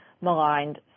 maligned